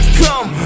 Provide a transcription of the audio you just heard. come